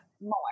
More